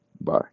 bye